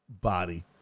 body